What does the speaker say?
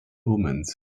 omens